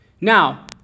Now